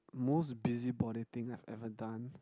most busybody thing I have ever done